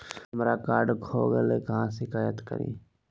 हमरा कार्ड खो गई है, कहाँ शिकायत करी?